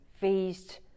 faced